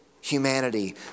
humanity